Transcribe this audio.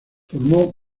formó